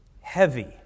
heavy